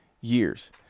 years